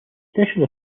special